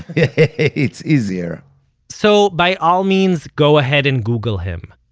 yeah it's easier so by all means, go ahead and google him,